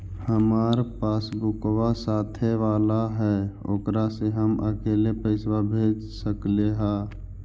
हमार पासबुकवा साथे वाला है ओकरा से हम अकेले पैसावा भेज सकलेहा?